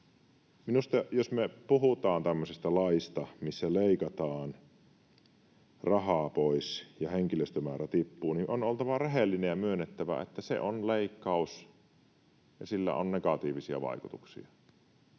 jos me puhutaan tämmöisestä laista, missä leikataan rahaa pois ja henkilöstömäärä tippuu, on oltava rehellinen ja myönnettävä, että se on leikkaus ja sillä on negatiivisia vaikutuksia.